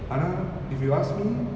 ஆனா:aana if you ask me